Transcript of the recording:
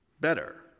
Better